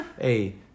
hey